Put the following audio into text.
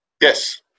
Yes